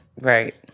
Right